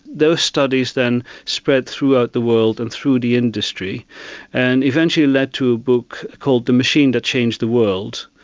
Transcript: those studies then spread throughout the world and through the industry and eventually led to a book called the machine that changed the world,